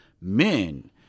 men